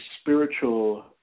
spiritual